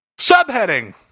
Subheading